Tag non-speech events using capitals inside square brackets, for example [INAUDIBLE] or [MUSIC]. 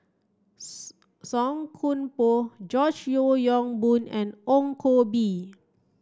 [UNINTELLIGIBLE] Song Koon Poh George Yeo Yong Boon and Ong Koh Bee